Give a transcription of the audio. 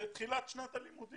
זה תחילת שנת הלימודים.